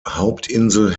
hauptinsel